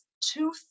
two